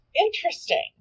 Interesting